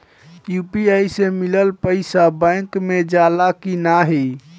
UPI से मिलल पईसा बैंक मे जाला की नाहीं?